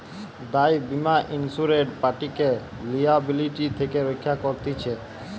দায় বীমা ইন্সুরেড পার্টিকে লিয়াবিলিটি থেকে রক্ষা করতিছে